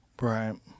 Right